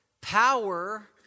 power